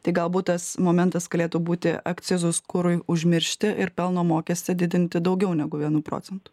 tai galbūt tas momentas galėtų būti akcizus kurui užmiršti ir pelno mokestį didinti daugiau negu vienu procentu